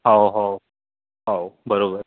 हो हो हो बरोबर